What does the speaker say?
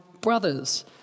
brothers